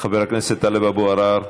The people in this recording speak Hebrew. חבר הכנסת טלב אבו עראר,